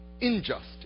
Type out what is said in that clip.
injustice